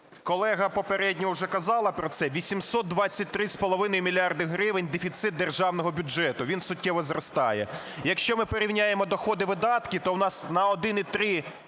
колега попередня уже казала про це: 823,5 мільярда гривень – дефіцит державного бюджету, він суттєво зростає. Якщо ми порівняємо доходи-видатки, то у нас на 1,3